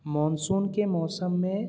monsoon کے موسم میں